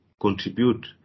contribute